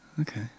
okay